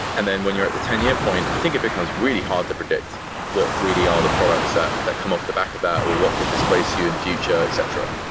and then when you're at the ten year point, i think it becomes really hard to predict what really are the products that that come off the back of that or what could displace you on and the future, etc.